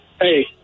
Hey